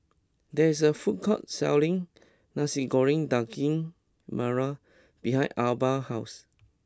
there is a food court selling Nasi Goreng Daging Merah behind Arba's house